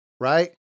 Right